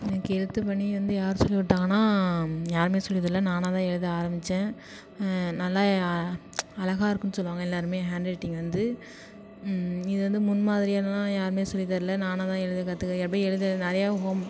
எனக்கு எழுத்து பணி வந்து யார் சொல்லிக் கொடுத்தாங்கனா யாருமே சொல்லி தரல நானாகதான் எழுத ஆரம்பித்தேன் நல்லா அழகா இருக்குதுன்னு சொல்லுவாங்க எல்லாேருமே என் ஹாண்ட் ரைட்டிங் வந்து இது வந்து முன்மாதிரியெலாம் யாருமே சொல்லி தரல நானாக தான் எழுத கற்றுக்க அப்படியே எழுத நிறையாவும் ஹோம்